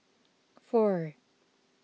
four